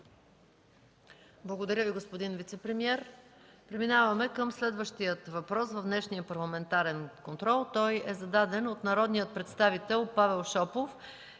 Благодаря Ви, господин вицепремиер. Преминаваме към следващия въпрос в днешния парламентарен контрол, зададен от народния представител Павел Шопов